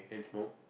and smoke